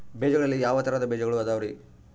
ಬೇಜಗಳಲ್ಲಿ ಯಾವ ತರಹದ ಬೇಜಗಳು ಅದವರಿ?